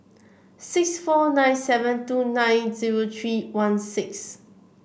six four nine seven two nine zero three one six